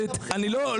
נגמר.